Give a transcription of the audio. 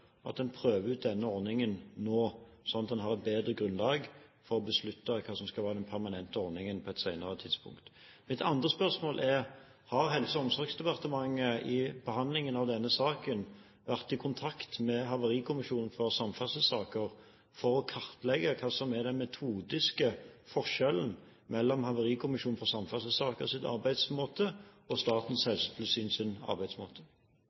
at en prøver ut denne ordningen nå, slik at en har et bedre grunnlag for å beslutte hva som skal være den permanente ordningen, på et senere tidspunkt? Mitt andre spørsmål er: Har Helse- og omsorgsdepartementet under behandlingen av denne saken vært i kontakt med havarikommisjonen for samferdselssaker for å kartlegge hva som er den metodiske forskjellen mellom denne kommisjonens arbeidsmåte og Statens helsetilsyns arbeidsmåte?